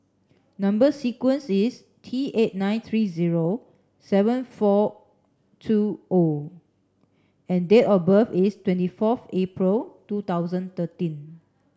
number sequence is T eight nine three zero seven four two O and date of birth is twenty forth April two thousand thirteen